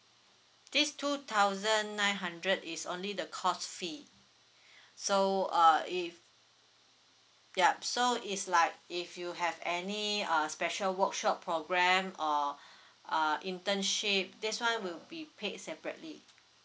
this two thousand nine hundred is only the course fee so uh if yup so it's like if you have any uh special workshop programme or uh internship this one will be paid separately